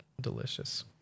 delicious